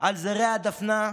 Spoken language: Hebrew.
על זרי הדפנה,